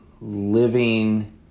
living